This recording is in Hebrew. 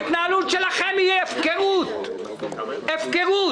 ההתנהלות שלכם היא הפקרות, הפקרות.